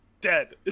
dead